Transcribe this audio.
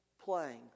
playing